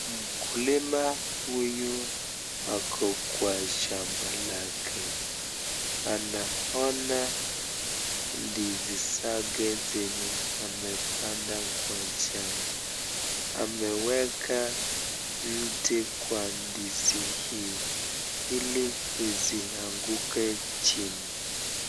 Mkulima huyu ako kwa shamba lake. Anaona ndizi zake zenye amepanda kwa shamba. Ameweka mti kwa ndizi hii ili isianguke chini.